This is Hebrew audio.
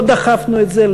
לא דחפנו את זה,